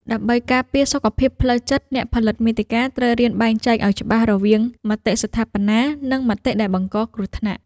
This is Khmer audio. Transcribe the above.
ដើម្បីការពារសុខភាពផ្លូវចិត្ត អ្នកផលិតមាតិកាត្រូវរៀនបែងចែកឱ្យច្បាស់រវាង មតិស្ថាបនា និង មតិដែលបង្កគ្រោះថ្នាក់។